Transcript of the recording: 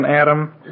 Adam